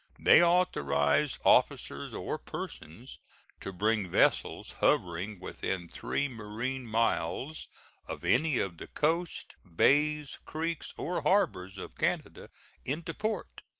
they authorize officers or persons to bring vessels hovering within three marine miles of any of the coasts, bays, creeks, or harbors of canada into port,